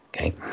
Okay